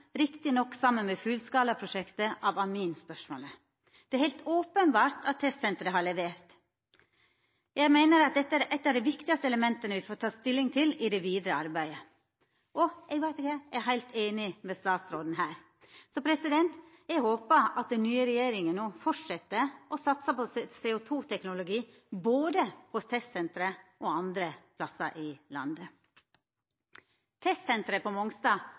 sammen med fullskalaprosjektet, av aminspørsmålet. Det er helt åpenbart at testsenteret har levert. Jeg mener at dette er ett av de viktige elementene vi får ta stilling til i det videre arbeidet.» Eg er heilt einig med statsråden her. Eg håpar at den nye regjeringa no fortset å satsa på CO2-teknologi både på testsenteret og andre plassar i landet. Testsenteret på Mongstad